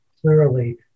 clearly